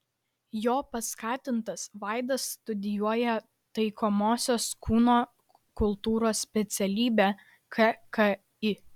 jo paskatintas vaidas studijuoja taikomosios kūno kultūros specialybę kki